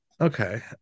Okay